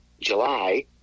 July